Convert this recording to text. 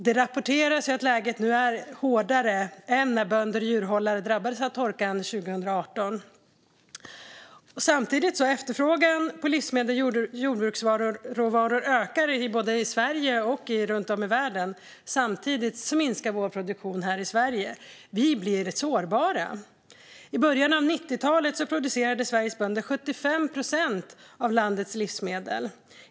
Det rapporteras att läget nu är hårdare än när bönder och djurhållare drabbades av torkan 2018. Efterfrågan på livsmedel och jordbruksråvaror ökar, både i Sverige och runt om i världen. Samtidigt minskar vår produktion här i Sverige. Vi blir sårbara. I början av 90-talet producerade Sveriges bönder 75 procent av landets livsmedel.